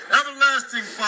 everlasting